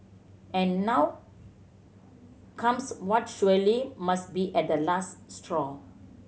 and now comes what surely must be at the last straw